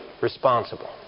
responsible